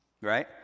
right